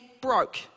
broke